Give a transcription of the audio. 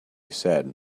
said